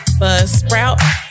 buzzsprout